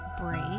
break